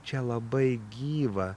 čia labai gyva